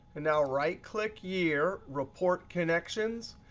and now right click year, report connections.